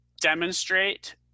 demonstrate